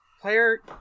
Player